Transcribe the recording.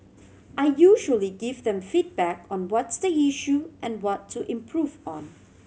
I usually give them feedback on what's the issue and what to improve on